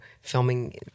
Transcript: filming